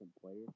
players